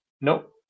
Nope